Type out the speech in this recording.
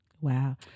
Wow